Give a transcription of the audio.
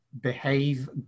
behave